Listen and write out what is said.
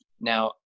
Now